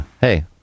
Hey